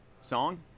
song